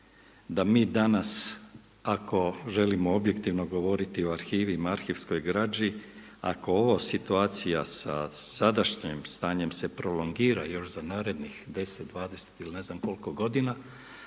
da mi danas ako želimo objektivno govoriti o arhivi i arhivskoj građi, ako ova situacija sa sadašnjim stanjem se prolongira još za narednih 10, 20 ili ne znam koliko godina,